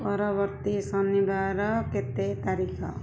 ପରବର୍ତ୍ତୀ ଶନିବାର କେତେ ତାରିଖ